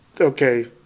okay